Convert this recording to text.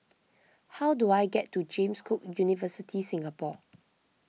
how do I get to James Cook University Singapore